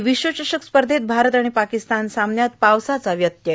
आणि विश्वचषक स्पर्धेत भारत आणि पाकिस्तान सामन्यात पावसाचा व्यत्यय